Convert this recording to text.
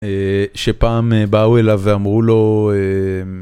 שפעם באו אליו ואמרו לו.